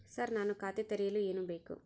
Sir ನಾನು ಖಾತೆ ತೆರೆಯಲು ಏನು ಬೇಕು?